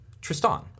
Tristan